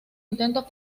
intentos